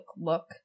look